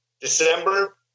December